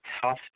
tough